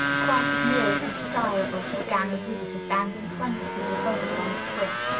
quite as near as was desirable to a gang of riveters dangling twenty feet above us on a swing.